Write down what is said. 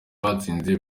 batsinze